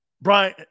Brian